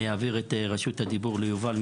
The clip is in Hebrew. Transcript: אני אעביר את רשות הדיבור ליובל,